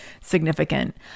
significant